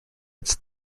its